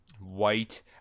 white